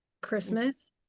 Christmas